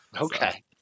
Okay